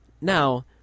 Now